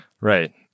Right